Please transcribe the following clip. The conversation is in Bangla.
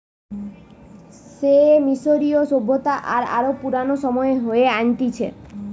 সে মিশরীয় সভ্যতা আর আরো পুরানো সময়ে হয়ে আনতিছে